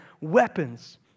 weapons